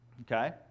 okay